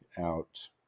out